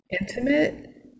intimate